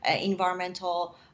environmental